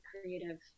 creative